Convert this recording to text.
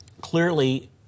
Clearly